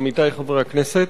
עמיתי חברי הכנסת,